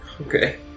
Okay